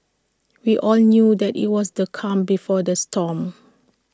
we all knew that IT was the calm before the storm